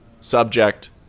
subject